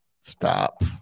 Stop